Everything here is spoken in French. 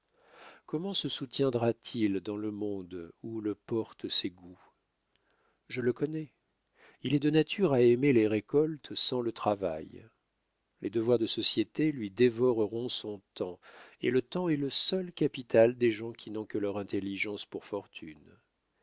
comment se soutiendra t il dans le monde où le portent ses goûts je le connais il est de nature à aimer les récoltes sans le travail les devoirs de société lui dévoreront son temps et le temps est le seul capital des gens qui n'ont que leur intelligence pour fortune